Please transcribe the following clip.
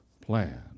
plan